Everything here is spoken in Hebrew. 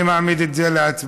אני מעמיד את זה להצבעה.